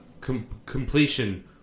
completion